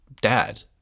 dad